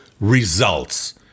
results